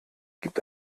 gibt